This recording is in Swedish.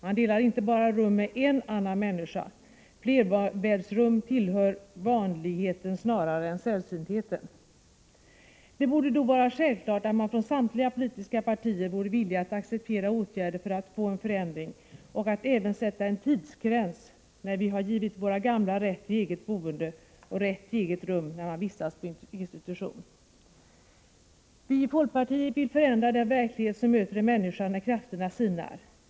Man delar inte bara rum med en annan människa, utan flerbäddsrum tillhör vanligheten snarare än sällsyntheten. Det borde då vara självklart att man från samtliga politiska partier vore villig att acceptera åtgärder för att få en förändring och att även sätta en tidsgräns för när vi skall ha givit våra gamla rätt till eget boende och rätt till eget rum när de vistas på institution. Vi i folkpartiet vill förändra den verklighet som möter en människa när krafterna sinar.